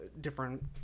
different